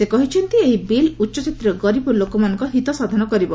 ସେ କହିଛନ୍ତି ଏହି ବିଲ୍ ଉଚ୍ଚଜାତିର ଗରିବ ଲୋକମାନଙ୍କ ହିତ ସାଧନ କରିବ